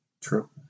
True